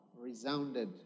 resounded